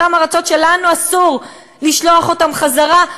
לאותן ארצות שלנו אסור לשלוח אותם חזרה.